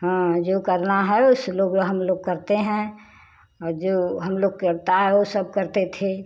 हाँ जो करना है उस लोग हम लोग करते हैं और जो हम लोग करता है वो सब करते थे